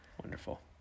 wonderful